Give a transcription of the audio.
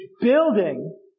building